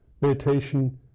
meditation